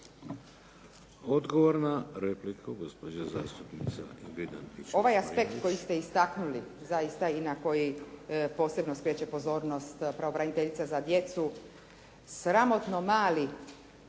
Odgovor na repliku gospođa zastupnica Ingrid